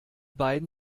beiden